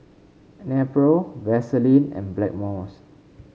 Nepro Vaselin and Blackmores